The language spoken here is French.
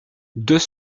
deux